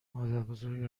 مادربزرگ